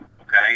Okay